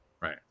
right